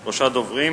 יש שלושה דוברים.